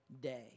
day